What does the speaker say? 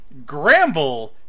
Gramble